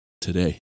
today